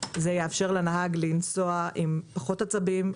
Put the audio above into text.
זה יאפשר לנהג לנסוע בפחות עצבים,